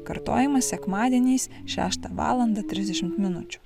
kartojama sekmadieniais šeštą valandą trisdešimt minučių